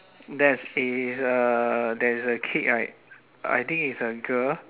there's is a there is a kid right I think is a girl